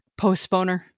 Postponer